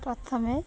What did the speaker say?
ପ୍ରଥମେ